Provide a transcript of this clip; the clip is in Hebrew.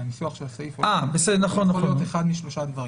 זה עולה מניסוח הסעיף, אחד משלושה דברים.